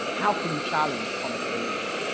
how can you challenge comic relief?